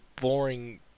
boring